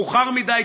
מאוחר מדי,